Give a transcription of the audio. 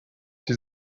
sie